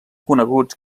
coneguts